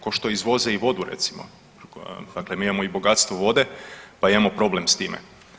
Ko što izvoze i vodu recimo, dakle mi imamo i bogatstvo vode pa imamo problem s time.